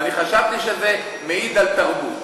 ואני חשבתי שזה מעיד על תרבות,